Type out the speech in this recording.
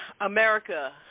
America